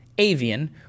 avian